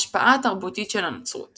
ההשפעה התרבותית של הנצרות